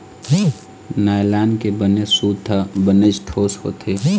nylon के बने सूत ह बनेच ठोस होथे